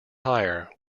higher